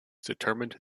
determined